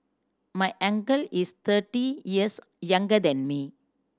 my uncle is thirty years younger than me